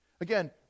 Again